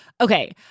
okay